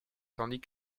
tandis